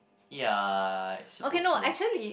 yeah I suppose so